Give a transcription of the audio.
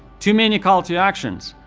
too many call to actions.